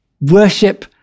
worship